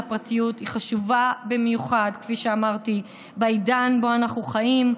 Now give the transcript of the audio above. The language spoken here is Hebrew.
היא חשובה במיוחד בעידן שבו אנחנו חיים.